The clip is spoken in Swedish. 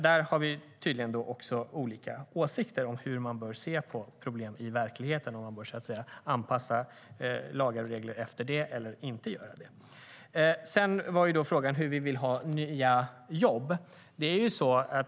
Där har vi tydligen också olika åsikter, det vill säga om hur man bör se på problem i verkligheten och om man bör anpassa lagar och regler efter det eller inte. Sedan var frågan hur vi vill skapa nya jobb.